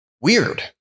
Weird